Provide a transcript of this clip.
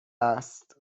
است